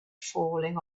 falling